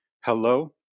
hello